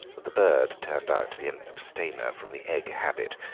the bird turned out to be an abstainer from the egg habit,